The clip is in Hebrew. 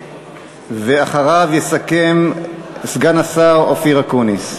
ואחריו, יסכם סגן השר אופיר אקוניס.